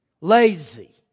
Lazy